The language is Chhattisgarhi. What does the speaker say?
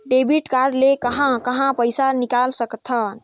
डेबिट कारड ले कहां कहां पइसा निकाल सकथन?